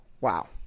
wow